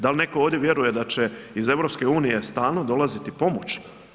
Da li netko ovdje vjeruje da će iz EU-a stalno dolaziti pomoć?